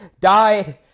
died